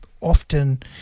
often